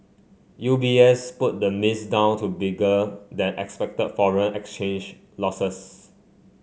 U B S put the miss down to bigger than expected foreign exchange losses